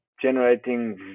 generating